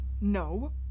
No